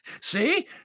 See